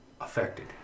affected